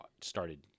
started